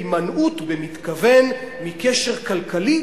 "הימנעות במתכוון מקשר כלכלי,